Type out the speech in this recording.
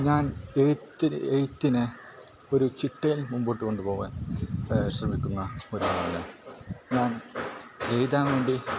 ഞാൻ എഴുത്ത് എഴുത്തിനെ ഒരു ചിട്ടയിൽ മുൻപോട്ട് കൊണ്ട് പോവാൻ ശ്രമിക്കുന്ന ഒരാളാണ് ഞാൻ ഞാൻ എഴുതാൻ വേണ്ടി